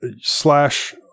slash